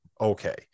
okay